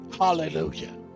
Hallelujah